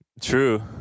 True